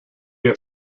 have